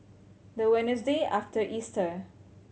the Wednesday after Easter